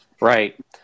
Right